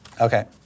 Okay